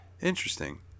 Interesting